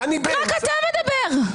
רק אתה מדבר.